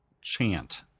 chant